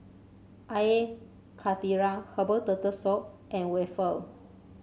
Air Karthira Herbal Turtle Soup and waffle